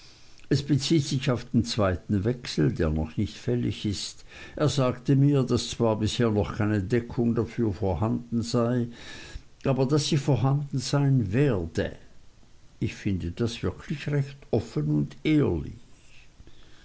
bezieht sich auf den zweiten wechsel der noch nicht fällig ist er sagte mir daß zwar bisher noch keine deckung dafür vorhanden sei aber daß sie vorhanden sein werde ich finde das wirklich recht offen und ehrlich